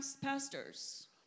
pastors